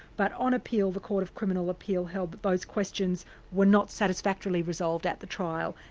but on appeal the court of criminal appeal held that those questions were not satisfactorily resolved at the trial,